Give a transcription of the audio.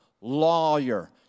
lawyer